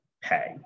pay